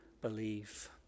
believe